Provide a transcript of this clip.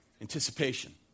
Anticipation